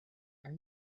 are